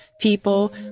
people